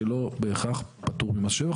שלא בהכרח פטורים ממס שבח,